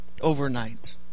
overnight